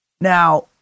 Now